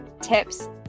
tips